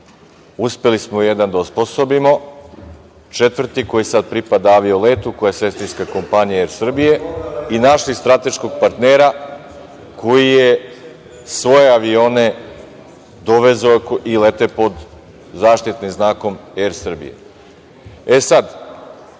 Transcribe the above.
Uspeli smo jedan da osposobimo, četvrti koji sada pripada avio letu, koja je sestrinska kompanija „Er Srbije“ i našli strateškog partnera koji je svoje avione dovezao i lete pod zaštitnim znakom „Er Srbije“.E,